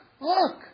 look